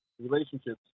relationships